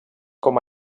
com